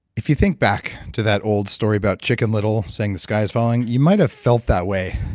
if you think back to that old story about chicken little saying the sky is falling, you might have felt that way,